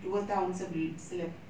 dua tahun sebe~ selepas